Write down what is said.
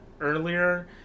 earlier